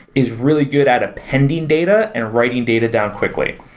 is really good at appending data and writing data down quickly.